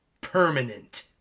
Permanent